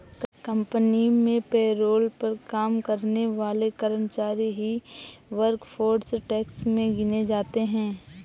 company में payroll पर काम करने वाले कर्मचारी ही वर्कफोर्स टैक्स में गिने जाते है